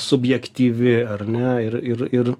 subjektyvi ar ne ir ir ir